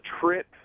trip